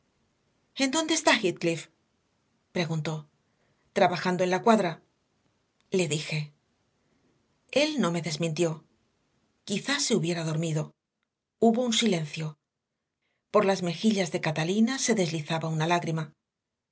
en dónde está heathcliff preguntó trabajando en la cuadra le dije él no me desmintió quizá se hubiera dormido hubo un silencio por las mejillas de catalina se deslizaba una lágrima